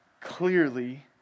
clearly